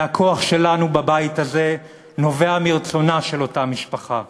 והכוח שלנו כאן בבית הזה נובע מרצונה של אותה משפחה.